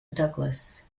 douglas